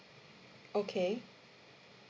okay